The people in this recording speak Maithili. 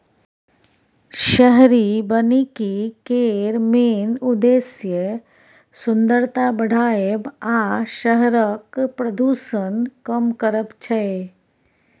शहरी बनिकी केर मेन उद्देश्य सुंदरता बढ़ाएब आ शहरक प्रदुषण कम करब छै